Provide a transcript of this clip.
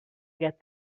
get